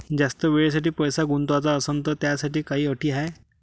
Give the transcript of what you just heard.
जास्त वेळेसाठी पैसा गुंतवाचा असनं त त्याच्यासाठी काही अटी हाय?